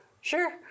Sure